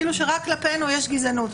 כאילו שרק כלפינו יש גזענות.